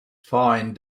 fine